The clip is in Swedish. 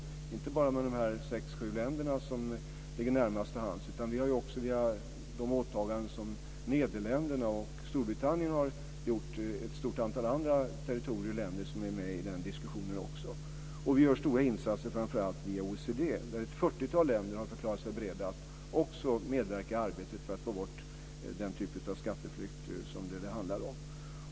Det gäller inte bara dessa sex sju länder som ligger närmast till hands, utan vi har ju också, via de åtaganden som Nederländerna och Storbritannien har gjort, ett stort antal andra territorier och länder som är med i den diskussionen. Vi gör stora insatser, framför allt via OECD där ett 40 tal länder har förklarat sig beredda att medverka i arbetet för att få bort den typ av skatteflykt som det handlar om.